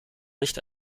nicht